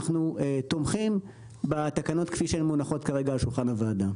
אנחנו תומכים בתקנות כפי שהן מונחות כרגע על שולחן הוועדה.